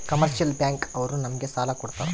commercial bank ಅವ್ರು ನಮ್ಗೆ ಸಾಲ ಕೊಡ್ತಾರ